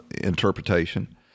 interpretation